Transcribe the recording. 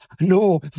No